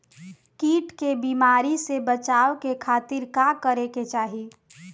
कीट के बीमारी से बचाव के खातिर का करे के चाही?